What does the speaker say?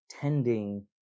tending